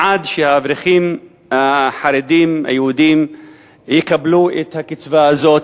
אני אקדים ואומר שאני בעד שהאברכים החרדים היהודים יקבלו את הקצבה הזאת,